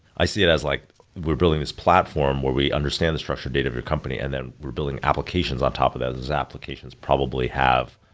i see it as like we're building this platform where we understand the structure data of your company and then we're building applications on top of that. those applications probably have.